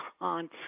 on